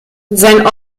sein